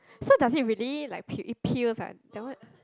so does it really like peel it peels ah that one